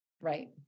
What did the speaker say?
Right